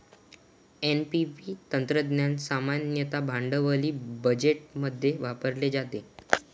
NPV तंत्रज्ञान सामान्यतः भांडवली बजेटमध्ये वापरले जाते